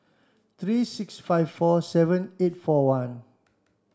three six five four seven eight four one